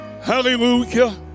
Hallelujah